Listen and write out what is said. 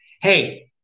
Hey